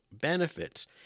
benefits